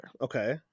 Okay